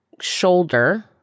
shoulder